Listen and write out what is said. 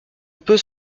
peut